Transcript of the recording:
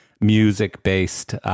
music-based